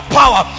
power